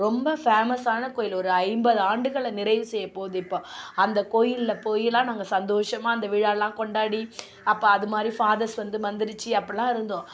ரொம்ப ஃபேமஸான கோவில் ஒரு ஐம்பது ஆண்டுகளை நிறைவு செய்யப் போகுது இப்போது அந்த கோவில்ல போய்லாம் நாங்கள் சந்தோஷமாக அந்த விழாவெல்லாம் கொண்டாடி அப்போ அதுமாதிரி ஃபாதர்ஸ் வந்து மந்திரித்து அப்படிலாம் இருந்தோம்